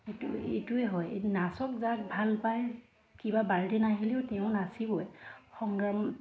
এইটো এইটোৱে হয় এই নাচক যাক ভাল পায় কিবা বাৰ্ডেন আহিলেও তেওঁ নাচিবই সংগ্ৰাম